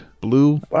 Blue